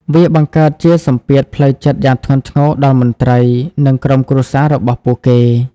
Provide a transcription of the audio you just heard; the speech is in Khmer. វាបង្កើតជាសម្ពាធផ្លូវចិត្តយ៉ាងធ្ងន់ធ្ងរដល់មន្ត្រី និងក្រុមគ្រួសាររបស់ពួកគេ។